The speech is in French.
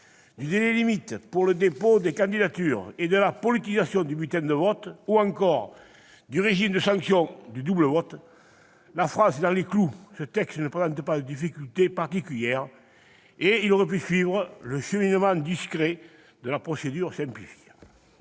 du délai limite pour le dépôt des candidatures et de la « politisation » du bulletin de vote ou encore du régime de sanction du double vote, la France est dans les clous. Ce texte ne présentant pas de difficultés particulières, il aurait pu emprunter le cheminement discret de la procédure simplifiée.